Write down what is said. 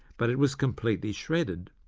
but it was completely shredded.